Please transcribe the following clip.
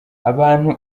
abantu